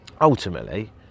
ultimately